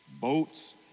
boats